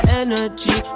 energy